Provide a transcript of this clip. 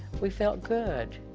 we felt good.